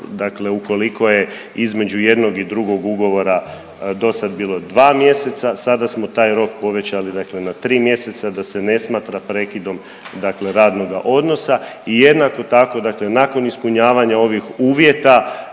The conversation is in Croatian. dakle ukoliko je između jednog i drugog ugovora dosada bilo 2 mjeseca sada smo taj rok povećali dakle na 3 mjeseca da se ne smatra prekidom dakle radnoga odnosa i jednako tako dakle nakon ispunjavanja ovih uvjeta